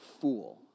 fool